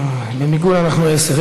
במיגון אנחנו עשר.